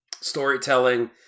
storytelling